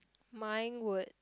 mine would